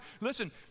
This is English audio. listen